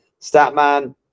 Statman